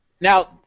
Now